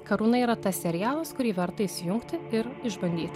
karūna yra tas serialas kurį verta įsijungti ir išbandyti